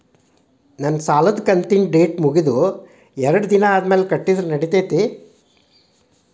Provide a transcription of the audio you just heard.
ನನ್ನ ಸಾಲದು ಕಂತಿನ ಡೇಟ್ ಮುಗಿದ ಎರಡು ದಿನ ಆದ್ಮೇಲೆ ಕಟ್ಟಿದರ ನಡಿತೈತಿ?